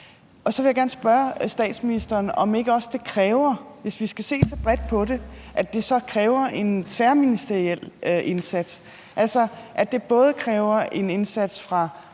Så vil jeg gerne spørge statsministeren, om ikke også det, hvis vi skal se så bredt på det, kræver en tværministeriel indsats, altså at det både kræver en indsats fra